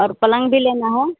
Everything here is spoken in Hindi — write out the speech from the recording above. और पलंग भी लेना है